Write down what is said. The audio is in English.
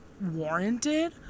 warranted